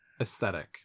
aesthetic